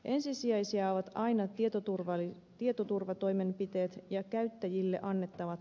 ensisijaisia ovat aina tietoturvatoimenpiteet ja käyttäjille annettavat ohjeet